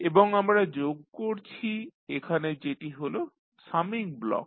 এবং আমরা যোগ করছি এখানে যেটি হল সামিং ব্লক